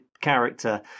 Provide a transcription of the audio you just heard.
character